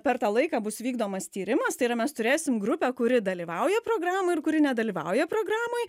per tą laiką bus vykdomas tyrimas tai yra mes turėsim grupę kuri dalyvauja programoj ir kuri nedalyvauja programoj